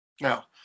Now